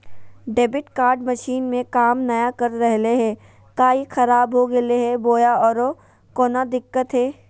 Debit card machine में काम नाय कर रहले है, का ई खराब हो गेलै है बोया औरों कोनो दिक्कत है?